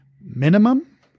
Minimum